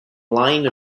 line